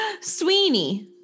Sweeney